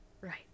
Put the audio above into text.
Right